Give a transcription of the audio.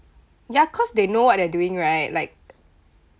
ya cause they know what they are doing right like